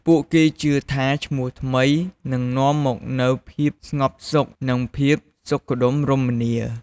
ពួកគេជឿថាឈ្មោះថ្មីនឹងនាំមកនូវភាពស្ងប់សុខ និងភាពសុខដុមរមនា។